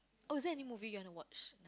oh is there any movies you want to watch